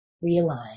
realize